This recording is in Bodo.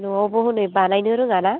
न'आवबो हनै बानायनो रोङा ना